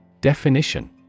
Definition